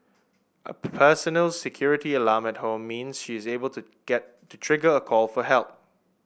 a personal security alarm at home means she is able to get to trigger a call for help